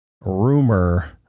rumor